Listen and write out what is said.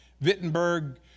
Wittenberg